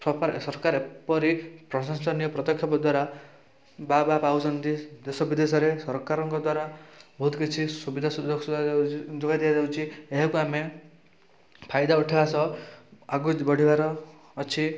ଠପର ଏ ସରକାର ଏପରି ପ୍ରଶାସନିକ ପଦକ୍ଷେପ ଦ୍ୱାରା ବାଃ ବାଃ ପାଉଛନ୍ତି ଦେଶ ବିଦେଶରେ ସରକାରଙ୍କ ଦ୍ୱାରା ବହୁତ କିଛି ସୁବିଧା ସୁଯୋଗ ଯୋଗାଇ ଦିଆଯାଉଛି ଏହାକୁ ଆମେ ଫାଇଦା ଉଠେଇବା ସହ ଆଗକୁ ବଢ଼ିବାର ଅଛି